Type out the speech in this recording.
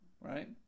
right